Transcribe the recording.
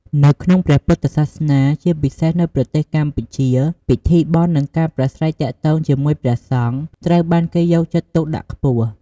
នៅក្នុងព្រះពុទ្ធសាសនា ជាពិសេសនៅប្រទេសកម្ពុជា ពិធីបុណ្យ និងការប្រាស្រ័យទាក់ទងជាមួយព្រះសង្ឃ ត្រូវបានគេយកចិត្តទុកដាក់ខ្ពស់។